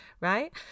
right